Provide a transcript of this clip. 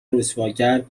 رسواگر